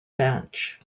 match